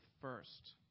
first